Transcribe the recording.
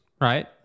right